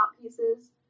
pieces